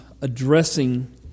addressing